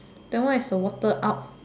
then what is the water out